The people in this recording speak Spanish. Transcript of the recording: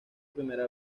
primera